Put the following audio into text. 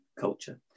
culture